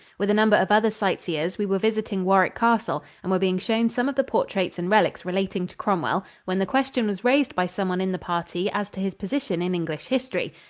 with a number of other sightseers, we were visiting warwick castle and were being shown some of the portraits and relics relating to cromwell, when the question was raised by someone in the party as to his position in english history.